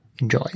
enjoy